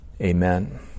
Amen